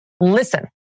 listen